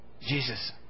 Jesus